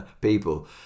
people